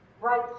right